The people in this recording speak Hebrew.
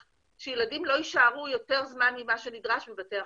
שילדים לא יישארו יותר זמן ממה שנדרש בבתי החולים.